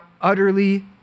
utterly